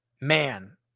Man